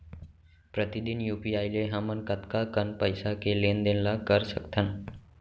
प्रतिदन यू.पी.आई ले हमन कतका कन पइसा के लेन देन ल कर सकथन?